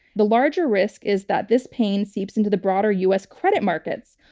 the larger risk is that this pain seeps into the broader u. s. credit markets,